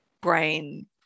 Brain